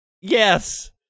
Yes